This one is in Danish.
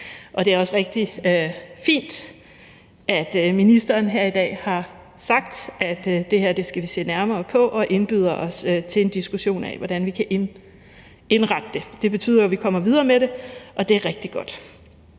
Det er også rigtig fint, at ministeren her i dag har sagt, at vi skal se nærmere på det her og indbyder os til en diskussion af, hvordan vi kan indrette det. Det betyder, at vi kommer videre med det, og det er rigtig godt.